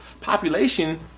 population